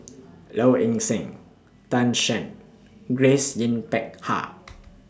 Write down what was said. Low Ing Sing Tan Shen Grace Yin Peck Ha